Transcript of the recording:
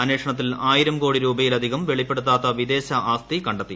അന്വേഷണത്തിൽ ആയിരം കോടി രൂപയിലധികം വെളിപ്പെടുത്താത്ത വിദേശ ആസ്തി കണ്ടെത്തി